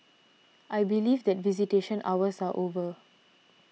I believe that visitation hours are over